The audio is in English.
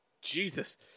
Jesus